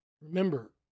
Remember